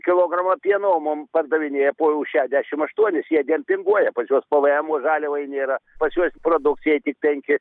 kilogramą pieno o mum pardavinėja po šedešim aštuonis jie dempinguoja pas juos pvmo žaliavai nėra pas juos ir produkcijai tik penki